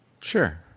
sure